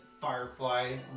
Firefly